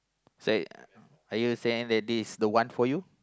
say are you saying that this is the one for you